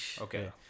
Okay